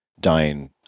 dying